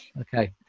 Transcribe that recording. okay